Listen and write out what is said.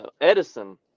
Edison